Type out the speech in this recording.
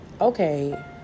okay